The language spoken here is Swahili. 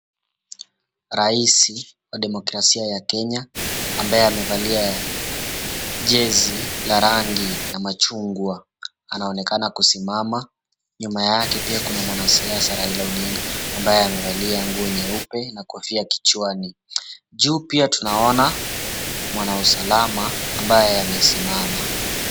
Rais wa demokrasia ya Kenya ambaye amevalia jezi la rangi ya machungwa anaonekana kusimama. Nyuma yake pia kuna mwanasiasa, Raila Odinga, ambaye amevalia nguo nyeupe na kofia kichwani. Juu pia tunaona mwana usalama ambaye amesimama.